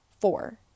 Four